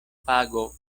pago